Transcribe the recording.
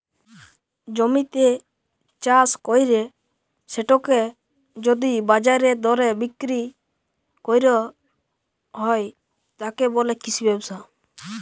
জমিতে চাস কইরে সেটাকে যদি বাজারের দরে বিক্রি কইর হয়, তাকে বলে কৃষি ব্যবসা